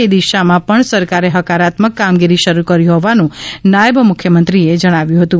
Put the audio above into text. એ દિશામાં પણ સરકારે હકારાત્મક કામગીરી શરૂ કરી હોવાનું નાયબ મુખ્યમંત્રીએ જણાવ્યું હતું